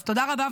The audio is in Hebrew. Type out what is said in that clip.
אז תודה רבה,